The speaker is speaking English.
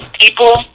people